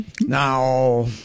now